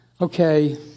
Okay